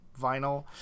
vinyl